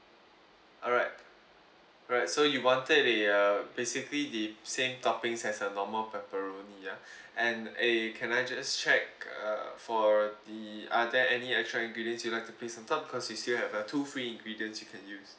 alright right so you wanted the uh basically the same toppings as a normal pepperoni ya and a can I just check uh for the are there any extra ingredients you'd like to place on top cause you still have uh two free ingredients you can use